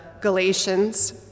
Galatians